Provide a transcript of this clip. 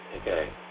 Okay